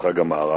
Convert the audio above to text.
התפתחה גם מערבה,